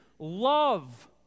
love